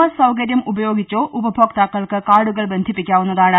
S സൌകര്യം ഉപയോഗിച്ചോ ഉപ്പഭോക്താക്കൾക്ക് കാർഡുകൾ ബന്ധിപ്പിക്കാവുന്നതാണ്